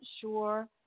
sure